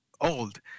old